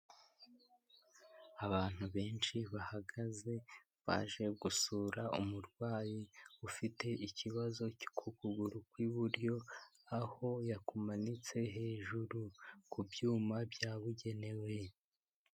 Abantu benshi bahagaze baje gusura umurwayi ufite ikibazo cy’ukuguru kw'iburyo aho yakumanitse hejuru ku byuma byabugenewe.